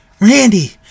Randy